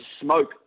smoke